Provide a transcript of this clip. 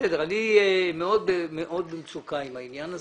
אני מאוד במצוקה עם העניין הזה.